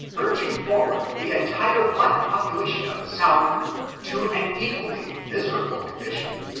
urging forward the entire black population of the south to an equally miserable con dition.